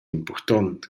impurtont